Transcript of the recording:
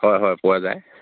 হয় হয় পোৱা যায়